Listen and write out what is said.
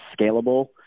scalable